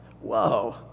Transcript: whoa